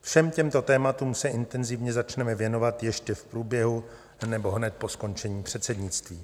Všem těmto tématům se intenzivně začneme věnovat ještě v průběhu nebo hned po skončení předsednictví.